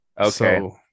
Okay